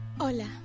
Hola